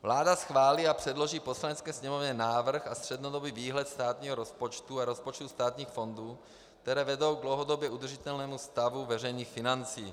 Vláda schválí a předloží Poslanecké sněmovně návrh a střednědobý výhled státního rozpočtu a rozpočtů státních fondů, které vedou k dlouhodobě udržitelnému stavu veřejných financí.